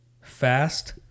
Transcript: fast